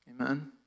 Amen